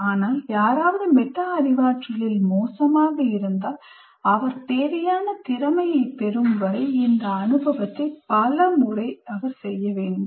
ஆனால் யாராவது மெட்டா அறிவாற்றலில் மோசமாக இருந்தால் அவர் தேவையான திறமையை பெறும் வரை இந்த அனுபவத்தை பல முறை செய்ய வேண்டும்